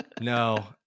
no